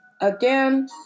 Again